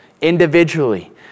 individually